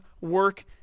work